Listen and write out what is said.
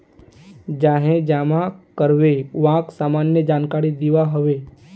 जाहें जमा कारबे वाक सामान्य जानकारी दिबा हबे